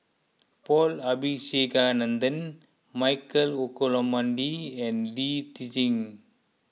Paul Abisheganaden Michael Olcomendy and Lee Tjin